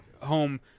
home